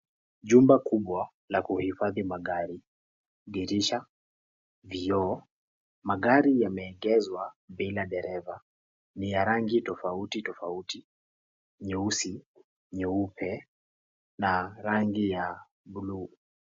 Jumba kubwa la kuhifadhi magari, dirisha, vioo. Magari yameegezwa bila dereva. Ni ya rangi tofauti tofauti: nyeusi, nyeupe na rangi ya bluu.